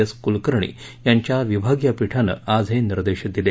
S Kulkarni यांच्या विभागीय पीठानं आज हे निर्देश दिले